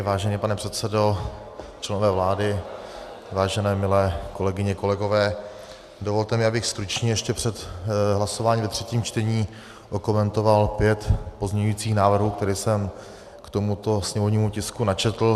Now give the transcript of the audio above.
Vážený pane předsedo, členové vlády, vážené milé kolegyně, kolegové, dovolte mi, abych stručně ještě před hlasováním ve třetím čtení okomentoval pět pozměňovacích návrhů, které jsem k tomuto sněmovnímu tisku načetl.